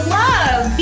love